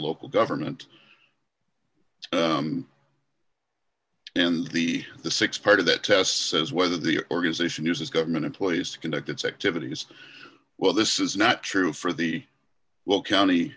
local government and the the six part of that tests is whether the organization uses government employees to conduct its activities well this is not true for the will county